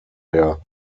der